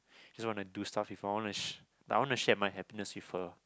just wanna do stuff with her I wanna sh~ I want to share my happiness with her